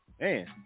Man